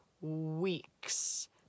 weeks